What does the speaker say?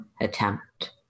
attempt